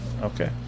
Okay